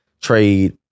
trade